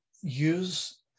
use